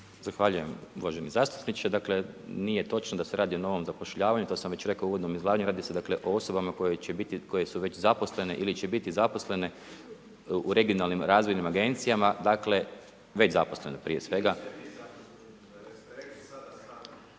Zahvaljujem uvaženi zastupniče. Dakle, nije točno da se radi o novom zapošljavanju, to sam već rekao o uvodnom izlaganju. Radi se dakle o osobama koje će biti, koje su već zaposlene ili će biti zaposlene u regionalnim razvojnim agencijama, dakle već zaposlene prije svega.